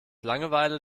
langeweile